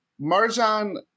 Marjan